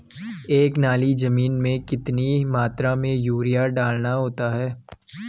एक नाली जमीन में कितनी मात्रा में यूरिया डालना होता है?